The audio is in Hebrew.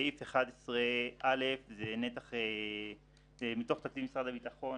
סעיף 11א, זה נתח מתוך תקציב משרד הביטחון.